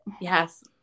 Yes